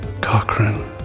Cochrane